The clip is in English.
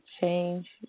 change